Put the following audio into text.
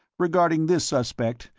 regarding this suspect,